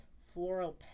floral